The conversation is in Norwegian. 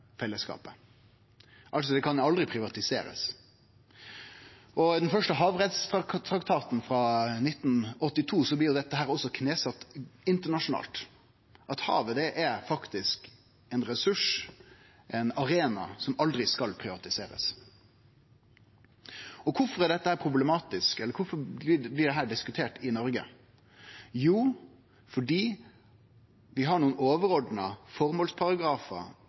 fellesskapet, er. Altså: Det kan aldri privatiserast. I den første havrettstraktaten frå 1982 blei det også knesett internasjonalt at havet er ein ressurs, ein arena som aldri skal privatiserast. Kvifor er dette problematisk? Eller kvifor blir dette diskutert i Noreg? Jo, det er fordi vi har nokre overordna